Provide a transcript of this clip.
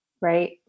right